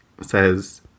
says